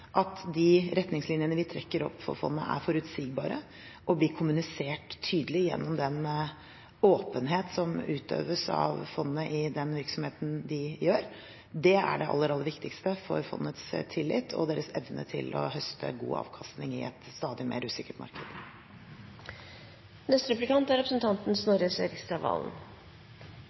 at de retningslinjene vi trekker opp for fondet, er forutsigbare og blir kommunisert tydelig gjennom den åpenhet som utøves av fondet i dets virksomhet. Det er det aller viktigste for fondets tillit og evne til å høste god avkastning i et stadig mer usikkert marked.